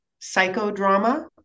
psychodrama